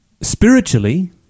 spiritually